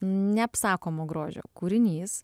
neapsakomo grožio kūrinys